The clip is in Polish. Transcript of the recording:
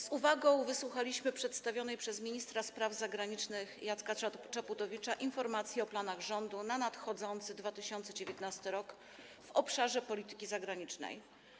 Z uwagą wysłuchaliśmy przedstawionej przez ministra spraw zagranicznych Jacka Czaputowicza informacji o planach rządu na 2019 r. w obszarze polityki zagranicznej.